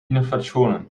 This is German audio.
innovationen